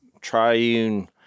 triune